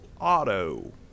Auto